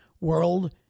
world